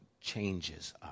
changes